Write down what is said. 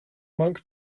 monk